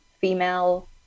female